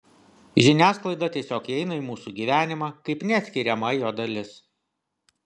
žiniasklaida tiesiog įeina į mūsų gyvenimą kaip neatskiriama jo dalis